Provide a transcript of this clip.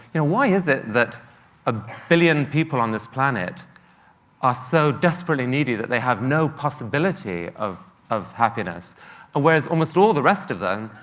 you know why is it that a billion people on this planet are so desperately needy that they have no possibility of of happiness, and whereas almost all the rest of them,